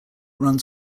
runs